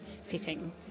setting